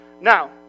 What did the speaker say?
Now